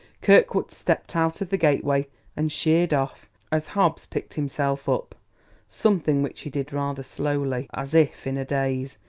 kirkwood stepped out of the gateway and sheered off as hobbs picked himself up something which he did rather slowly, as if in a daze,